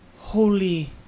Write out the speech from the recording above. holy